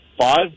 five